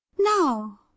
Now